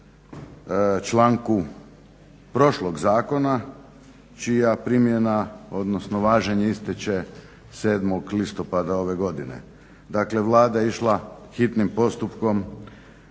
članku prošlog zakona čija primjena, odnosno važenje ističe 7.listopada ove godine. Dakle, Vlada je išla hitnim postupkom